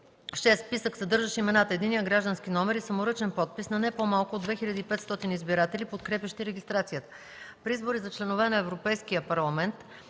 6. списък, съдържащ имената, единния граждански номер и саморъчен подпис на не по-малко от 2500 избиратели, подкрепящи регистрацията; при избори за членове на Европейския парламент